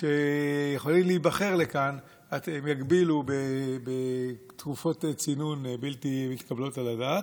שיכולים להיבחר לכאן הם יגבילו בתקופות צינון בלתי מתקבלות על הדעת.